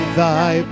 thy